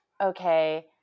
okay